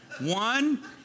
One